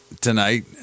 tonight